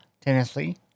Tennessee